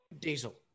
Diesel